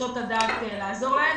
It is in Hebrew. למצוא את הדרך לעזור להם.